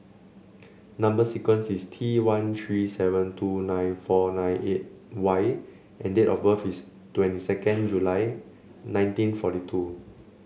number sequence is T one three seven two nine four nine eight Y and date of birth is twenty second July nineteen forty two